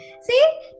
See